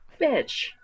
bitch